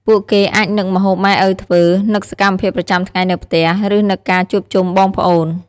ពួកគេអាចនឹកម្ហូបម៉ែឪធ្វើ នឹកសកម្មភាពប្រចាំថ្ងៃនៅផ្ទះ ឬនឹកការជួបជុំបងប្អូន។